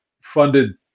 funded